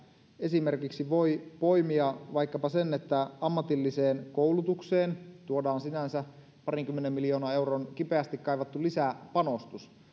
esimerkiksi voi poimia vaikkapa sen että ammatilliseen koulutukseen tuodaan sinänsä parinkymmenen miljoonan euron kipeästi kaivattu lisäpanostus